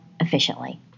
efficiently